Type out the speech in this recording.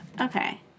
Okay